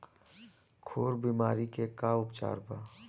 खुर बीमारी के का उपचार बा?